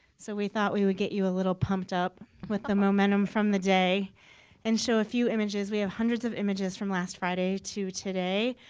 so we thought we would get you a little pumped up with the momentum from the day and show a few images. we have hundreds of images from last friday to today.